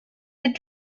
had